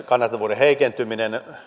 kannattavuuden heikentyminen